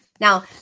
Now